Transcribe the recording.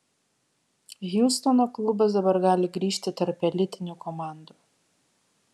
hjustono klubas dabar gali grįžti tarp elitinių komandų